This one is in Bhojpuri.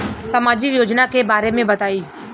सामाजिक योजना के बारे में बताईं?